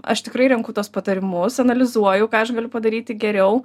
aš tikrai renku tuos patarimus analizuoju ką aš galiu padaryti geriau